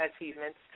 achievements